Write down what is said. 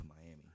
Miami